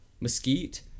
Mesquite